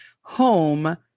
home